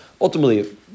Ultimately